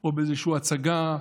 או באיזושהי הצגה.